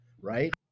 right